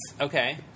Okay